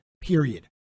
Period